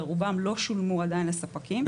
ברובם לא שולמו עדיין לספקים.